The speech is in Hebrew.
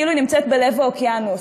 כאילו היא נמצאת בלב האוקיאנוס.